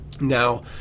Now